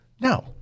No